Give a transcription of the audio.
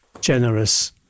Generous